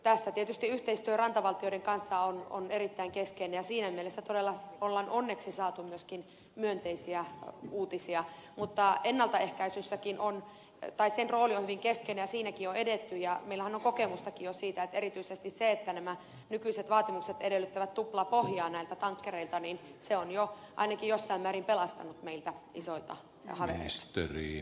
tässä tietysti yhteistyö rantavaltioiden kanssa on erittäin keskeinen ja siinä mielessä todella olemme onneksi saaneet myöskin myönteisiä uutisia mutta ennaltaehkäisyn rooli on hyvin keskeinen ja siinäkin on edetty ja meillähän on kokemustakin jo siitä että erityisesti se että nämä nykyiset vaatimukset edellyttävät tuplapohjaa näiltä tankkereilta niin se on jo ainakin jossain määrin pelastanut meitä isoilta havereilta